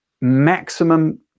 maximum